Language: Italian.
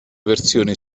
versioni